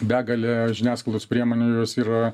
begalė žiniasklaidos priemonių jos yra